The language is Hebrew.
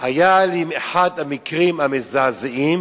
היה לי אחד המקרים המזעזעים